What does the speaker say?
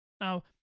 Now